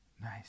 nice